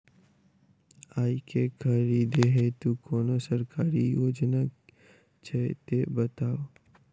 आइ केँ खरीदै हेतु कोनो सरकारी योजना छै तऽ बताउ?